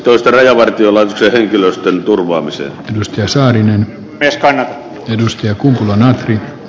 toisten rajavartiolaitoksen henkilöstön turvaamiseen työssään estää jos joku kumman